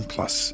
Plus